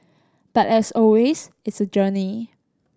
but as always it's journey